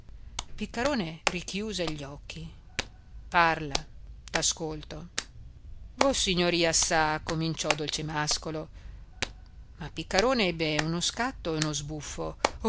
piccarone richiuse gli occhi parla t'ascolto vossignoria sa cominciò dolcemàscolo ma piccarone ebbe uno scatto e uno sbuffo